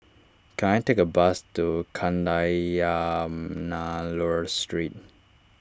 can I take a bus to Kadayanallur Street